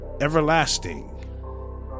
everlasting